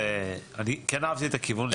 אני כן אהבתי את הכיוון.